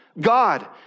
God